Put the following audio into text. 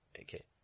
Okay